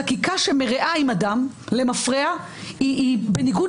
חקיקה שמרעה עם אדם למפרע היא בניגוד